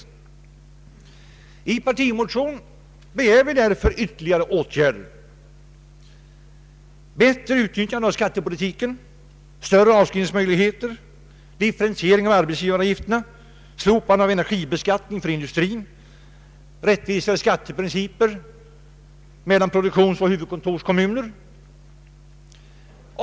I vår partimotion begärs därför ytterligare åtgärder: bättre utnyttjande av skattepolitiken, större avskrivningsmöjligheter, differentiering av arbetsgivaravgifterna, slopande av energibeskattning för industrin samt rättvisare skatteprinciper vad beträffar produktionsoch huvudkontorskommuner.